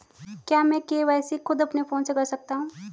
क्या मैं के.वाई.सी खुद अपने फोन से कर सकता हूँ?